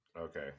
Okay